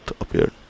appeared